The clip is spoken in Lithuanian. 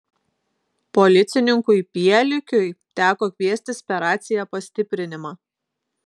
policininkui pielikiui teko kviestis per raciją pastiprinimą